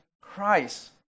Christ